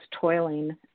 toiling